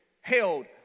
held